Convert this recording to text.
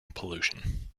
pollution